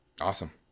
Awesome